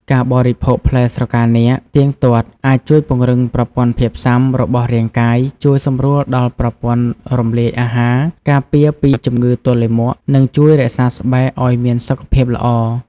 ការបរិភោគផ្លែស្រកានាគទៀងទាត់អាចជួយពង្រឹងប្រព័ន្ធភាពស៊ាំរបស់រាងកាយ ជួយសម្រួលដល់ប្រព័ន្ធរំលាយអាហារ ការពារពីជំងឺទល់លាមក និងជួយរក្សាស្បែកឱ្យមានសុខភាពល្អ។